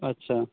अच्छा